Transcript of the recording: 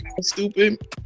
stupid